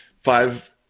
five